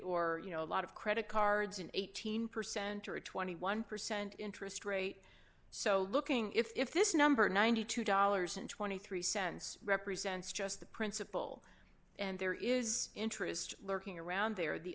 or a lot of credit cards an eighteen percent or a twenty one percent interest rate so looking if this number ninety two dollars twenty three cents represents just the principal and there is interest lurking around there the